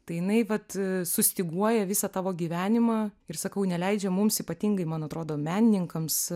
tai jinai vat sustyguoja visą tavo gyvenimą ir sakau neleidžia mums ypatingai man atrodo menininkams